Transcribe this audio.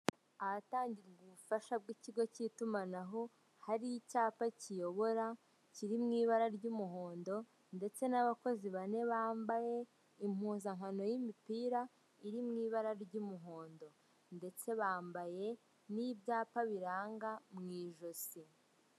Ahatangirwa ubufasha bw'ikigo cy'itumanaho, hari icyapa kiyobora, kiri mu ibara ry'umuhondo, ndetse n'abakozi bane bambaye impuzankano y'imipira iri mu ibara ry'umuhondo. Ndetse bambaye n'ibyapa biranga mu ijosi.